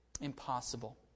Impossible